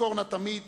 נזכור נא תמיד